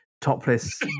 topless